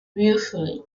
ruefully